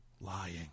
lying